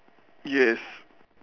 yes